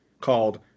called